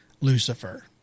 Lucifer